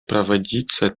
проводиться